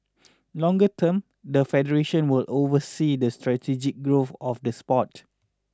longer term the federation will oversee the strategic growth of the sport